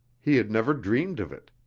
he had never dreamed of it.